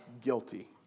guilty